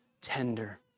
tender